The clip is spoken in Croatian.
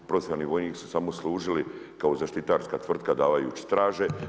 Profesionalni vojnik su samo služili kao zaštitarska tvrtka davajući straže.